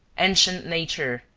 ancient nature,